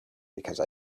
because